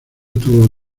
tuvo